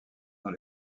dans